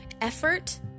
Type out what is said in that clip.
effort